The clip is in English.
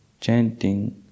chanting